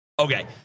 Okay